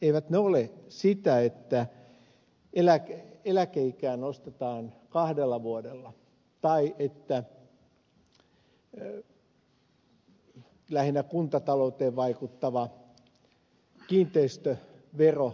eivät ne ole sitä että eläkeikää nostetaan kahdella vuodella tai että lähinnä kuntatalouteen vaikuttavaa kiinteistöveroa nostetaan